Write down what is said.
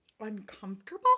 uncomfortable